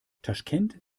taschkent